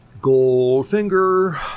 goldfinger